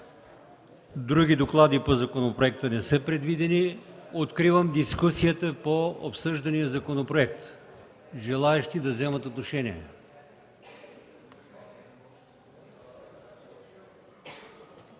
Други доклади по законопроекта не са предвидени. Откривам дискусията по обсъждания законопроект. Има ли желаещи да вземат отношение